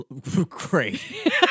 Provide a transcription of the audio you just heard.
Great